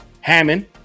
Hammond